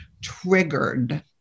triggered